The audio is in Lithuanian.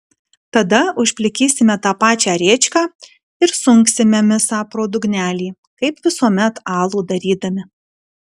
tada užplikysime tą pačią rėčką ir sunksime misą pro dugnelį kaip visuomet alų darydami